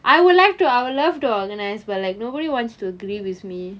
I would like to I would love to organise but like nobody wants to agree with me